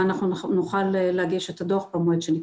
אנחנו נוכל להגיש את הדוח במועד שנקבע.